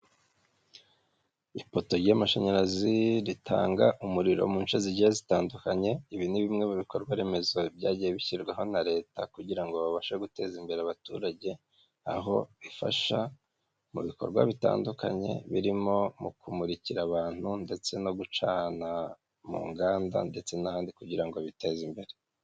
Ipoto ry'amashanyarazi ritanga umuriro mwinshi zigiye zitandukanye ibi ni bimwe mu bikorwa remezo byagiye bishyirwaho na leta kugira ngo babashe guteza imbere abaturage aho bifasha mu bikorwa bitandukanye birimo mu kumurikira abantu ndetse no gucana mu nganda ndetse n'ahandi kugira ngo biteze imbere.